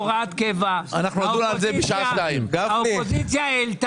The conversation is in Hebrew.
אנחנו משוכנעים שגם